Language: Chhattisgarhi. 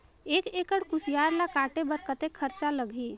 एक एकड़ कुसियार ल काटे बर कतेक खरचा लगही?